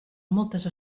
moltes